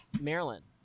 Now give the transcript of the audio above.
Maryland